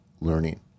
learning